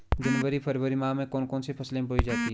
जनवरी फरवरी माह में कौन कौन सी फसलें बोई जाती हैं?